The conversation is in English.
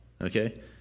Okay